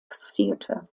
theatre